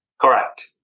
Correct